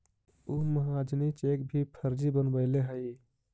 उ महाजनी चेक भी फर्जी बनवैले हइ